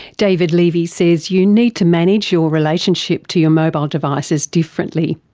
david levy says you need to manage your relationship to your mobile devices differently.